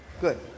Good